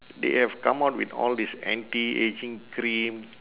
they have come out with all this anti ageing cream